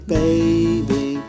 baby